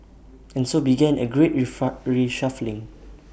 and so began A great reshuffling